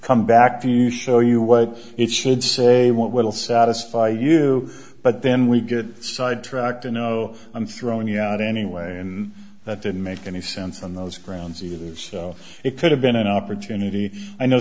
come back to you show you what it should say what will satisfy you but then we get sidetracked in oh i'm throwing out anyway and that didn't make any sense on those grounds either so it could have been an opportunity i know